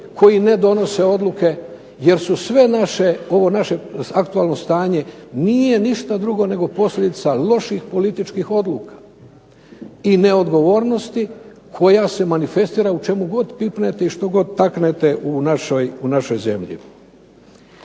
koji ne donose odluke, jer je sve ovo naše aktualno stanje nije ništa drugo nego posljedica loših političkih odluka i neodgovornosti koja se manifestira u čemu god pipnete i što god taknete u našoj zemlji.